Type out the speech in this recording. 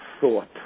thought